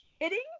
kidding